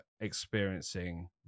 experiencing